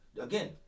Again